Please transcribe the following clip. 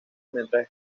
mientras